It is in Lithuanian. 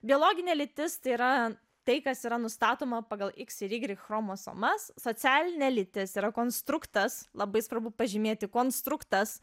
biologinė lytis tai yra tai kas yra nustatoma pagal iks ir ygrik chromosomas socialinė lytis yra konstruktas labai svarbu pažymėti konstruktas